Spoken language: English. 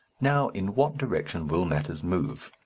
now, in what direction will matters move?